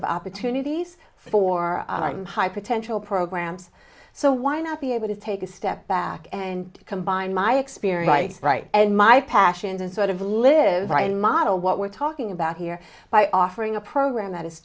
of opportunities for high potential programs so why not be able to take a step back and combine my experience right and my passions and sort of live by in model what we're talking about here by offering a program that is